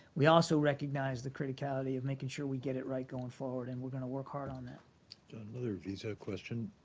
we also recognize the criticality of making sure we get it right going forward, and we're going to work hard on that. question john, another visa question.